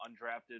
undrafted